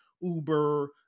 uber